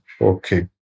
Okay